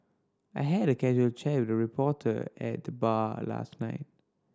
I had a casual chat with a reporter at the bar last night